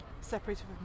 separated